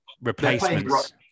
replacements